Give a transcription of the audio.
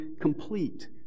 complete